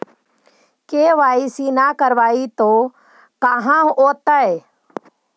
KYC न करवाई तो का हाओतै?